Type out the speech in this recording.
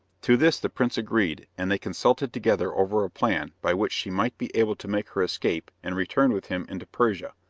to this the prince agreed, and they consulted together over a plan by which she might be able to make her escape and return with him into persia.